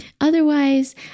Otherwise